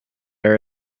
are